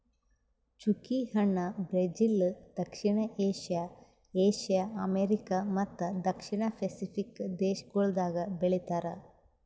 ಚ್ಚುಕಿ ಹಣ್ಣ ಬ್ರೆಜಿಲ್, ದಕ್ಷಿಣ ಏಷ್ಯಾ, ಏಷ್ಯಾ, ಅಮೆರಿಕಾ ಮತ್ತ ದಕ್ಷಿಣ ಪೆಸಿಫಿಕ್ ದೇಶಗೊಳ್ದಾಗ್ ಬೆಳಿತಾರ್